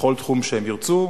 בכל תחום שהם ירצו,